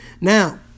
Now